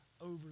over